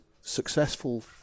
successful